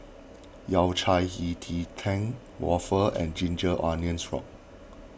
Yao Cai Hei Ji Tang Waffle and Ginger Onions